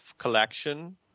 collection